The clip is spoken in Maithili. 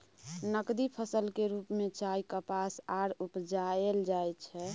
नकदी फसल के रूप में चाय, कपास आर उपजाएल जाइ छै